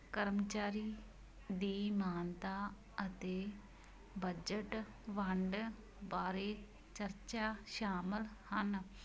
ਕਰਮਚਾਰੀ ਦੀ ਮਾਨਤਾ ਅਤੇ ਬਜਟ ਵੰਡ ਬਾਰੇ ਚਰਚਾ ਸ਼ਾਮਲ ਹਨ